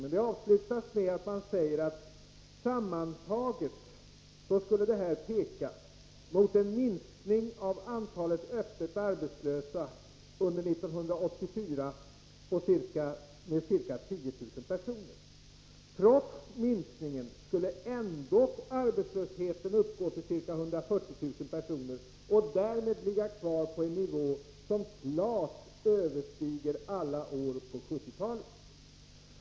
Rapporten avslutas med att man säger att detta sammantaget skulle peka mot en minskning av antalet öppet arbetslösa under 1984 med ca 10 000 personer. Trots minskningen skulle ändå arbetslösheten uppgå till ca 140 000 personer och därmed ligga kvar på en nivå, som klart överstiger alla år på 1970-talet.